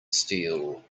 steel